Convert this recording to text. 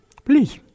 Please